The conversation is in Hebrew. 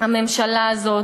הממשלה הזאת